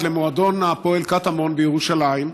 למועדון הפועל קטמון בירושלים,